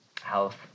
health